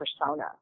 persona